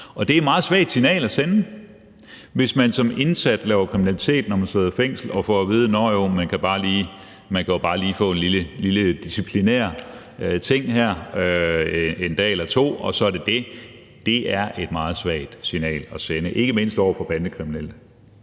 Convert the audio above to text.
Og det er et meget svagt signal at sende, hvis man som indsat laver kriminalitet, når man sidder i fængsel, og får at vide, at nåh, jo, man kan jo bare lige få en lille disciplinær ting her 1 dag eller 2 dage, og så er det dét. Det er et meget svagt signal at sende, ikke mindst over for bandekriminelle.